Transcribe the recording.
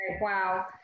Wow